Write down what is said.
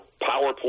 PowerPoint